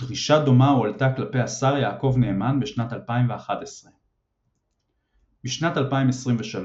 דרושה דומה הועלתה כלפי השר יעקב נאמן בשנת 2011. בשנת 2023,